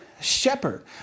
shepherd